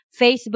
Facebook